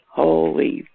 holy